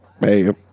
hey